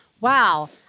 Wow